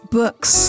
books